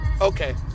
okay